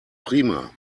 prima